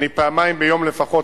אני פעמיים ביום לפחות,